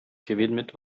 gewidmet